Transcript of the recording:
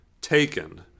Taken